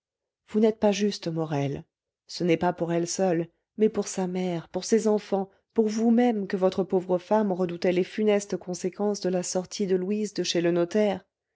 vous n'êtes pas juste morel ce n'est pas pour elle seule mais pour sa mère pour ses enfants pour vous-même que votre pauvre femme redoutait les funestes conséquences de la sortie de louise de chez le notaire